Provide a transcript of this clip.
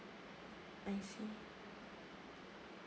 I see